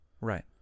Right